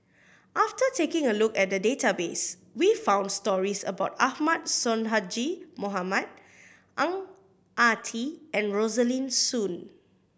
after taking a look at the database we found stories about Ahmad Sonhadji Mohamad Ang Ah Tee and Rosaline Soon